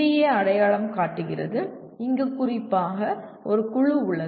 ஏ அடையாளம் காட்டுகிறது இங்கு குறிப்பாக ஒரு குழு உள்ளது